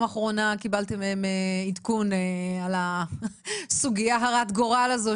אחרונה קיבלתם מהם עדכון על הסוגיה הרת גורל הזו,